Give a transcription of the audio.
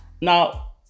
Now